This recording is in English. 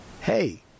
hey